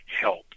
help